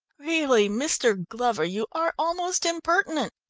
really, mr. glover, you are almost impertinent,